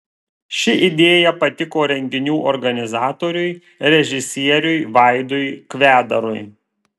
ši idėja patiko renginių organizatoriui režisieriui vaidui kvedarui